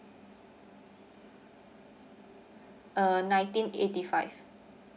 uh nineteen eighty five